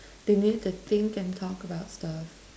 they need to think and talk about stuff